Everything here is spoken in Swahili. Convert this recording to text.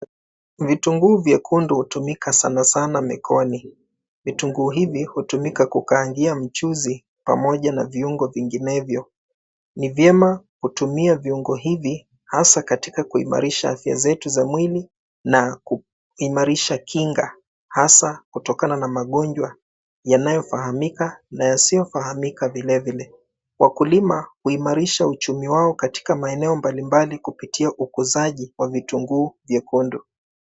Vitunguu vyekundu hutumika sana sana mekoni. Vitunguu hivi hutumika kukaangia mchuzi pamoja na viungo vinginevyo. Ni vyema kutumia viungo hivi hasa katika kuimarisha afya zetu za mwili na kuimarisha kinga hasa kutokana na magonjwa yanayofahamika na yasiyofahamika. Vilevile wakulima huimarisha uchumi wao katika maeneo mbalimbali kupitia ukuzaji wa vitunguu vyekundu.